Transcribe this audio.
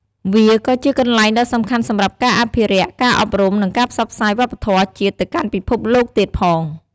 វាក៏ជាកន្លែងដ៏សំខាន់សម្រាប់ការអភិរក្ស ការអប់រំ និងការផ្សព្វផ្សាយវប្បធម៌ជាតិទៅកាន់ពិភពលោកទៀតផង។